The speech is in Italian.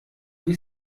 gli